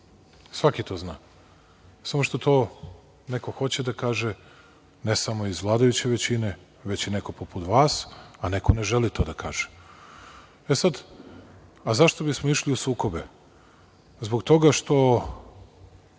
svaki to zna, samo što to neko hoće da kaže, ne samo iz vladajuće većine, već i neko poput vas, a neko ne želi to da kaže.E, sad, a zašto bismo išli u sukobe, zbog toga što